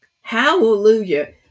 Hallelujah